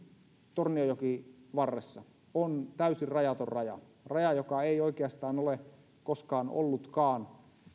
tornionjokivarressa on täysin rajaton raja raja joka ei oikeastaan ole koskaan ollutkaan